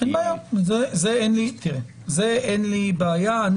אין לי בעיה.